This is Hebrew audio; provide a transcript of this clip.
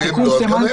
אם הם לא, אז גם הם לא.